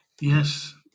yes